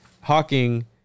Hawking